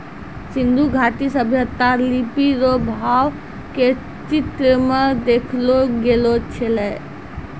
सिन्धु घाटी सभ्यता लिपी रो भाव के चित्र मे देखैलो गेलो छलै